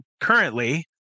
currently